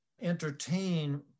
entertain